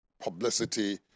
publicity